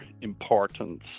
importance